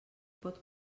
pot